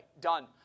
Done